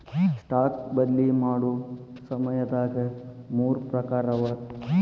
stock ಬದ್ಲಿ ಮಾಡೊ ಸಮಯದಾಗ ಮೂರ್ ಪ್ರಕಾರವ